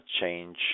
change